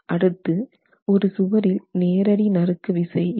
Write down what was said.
அடுத்து ஒரு சுவரில் நேரடி நறுக்கு விசை இருக்கும்